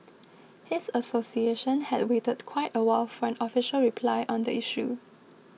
his association had waited quite a while for an official reply on the issue